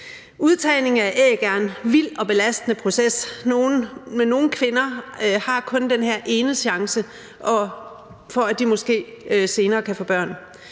Udtagning af æg er en vild og belastende proces, men nogle kvinder har kun den her ene chance for måske senere at kunne få børn.